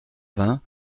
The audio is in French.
vingt